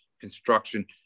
construction